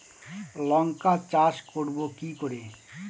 লঙ্কা চাষ করব কি করে?